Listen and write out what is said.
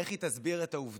איך היא תסביר את העובדה